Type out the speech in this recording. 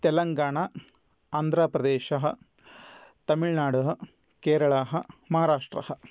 तेलङ्गाणा आन्ध्रप्रदेशः तमिल्नाडु केरळा महाराष्ट्रः